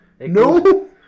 No